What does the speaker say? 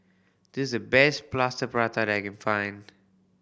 this the best Plaster Prata that I can find